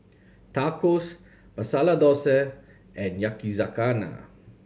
Tacos Masala Dosa and Yakizakana